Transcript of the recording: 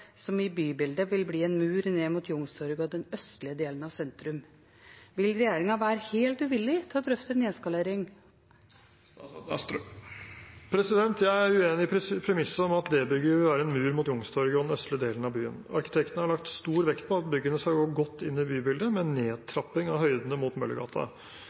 som i bybildet vil bli en mur ned mot Youngstorget og den østlige delen av sentrum. Vil regjeringen være helt uvillig til å drøfte en nedskalering?» Jeg er uenig i premisset om at D-bygget vil være en mur mot Youngstorget og den østlige delen av byen. Arkitektene har lagt stor vekt på at byggene skal gå godt inn i bybildet, med nedtrapping av høydene mot